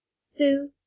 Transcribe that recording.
Sue